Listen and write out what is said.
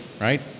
right